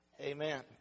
amen